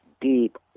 deep